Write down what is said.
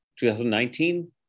2019